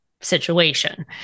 situation